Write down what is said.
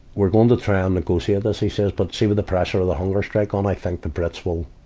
we're going to try and negotiate this, he says. but, see with the pressure of the hunger strike on, i think the brits will,